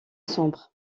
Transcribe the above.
sombre